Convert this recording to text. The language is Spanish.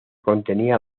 contenía